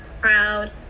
proud